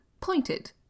pointed